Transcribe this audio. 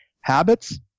Habits